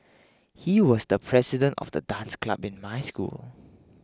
he was the president of the dance club in my school